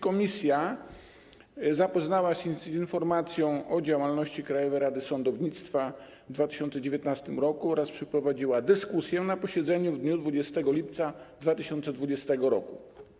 Komisja zapoznała się z informacją o działalności Krajowej Rady Sądownictwa w 2019 r. oraz przeprowadziła dyskusję na posiedzeniu w dniu 20 lipca 2020 r.